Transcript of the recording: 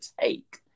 take